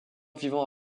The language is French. vivant